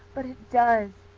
but it does.